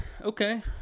Okay